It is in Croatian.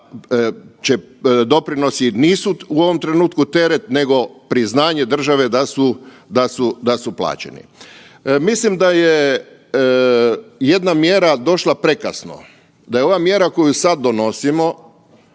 da doprinosi nisu u ovom trenutku teret nego priznanje države da su, da su plaćeni. Mislim da je jedna mjera došla prekasno, da je ova mjera koju sad donosimo,